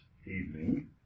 evening